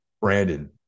Brandon